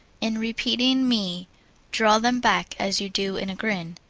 in repeating me draw them back as you do in a grin.